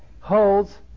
holds